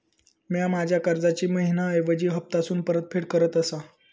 म्या माझ्या कर्जाची मैहिना ऐवजी हप्तासून परतफेड करत आसा